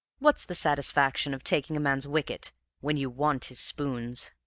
what's the satisfaction of taking a man's wicket when you want his spoons?